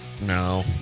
No